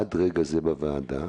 עד רגע זה בוועדה,